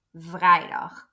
vrijdag